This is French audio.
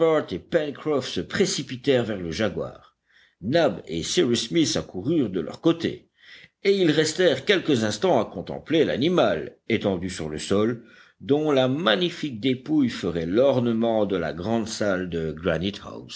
se précipitèrent vers le jaguar nab et cyrus smith accoururent de leur côté et ils restèrent quelques instants à contempler l'animal étendu sur le sol dont la magnifique dépouille ferait l'ornement de la grande salle de